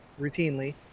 routinely